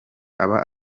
aba